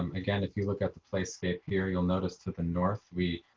um again, if you look at the place scape here, you'll notice that the north, we,